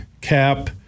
cap